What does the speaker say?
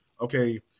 okay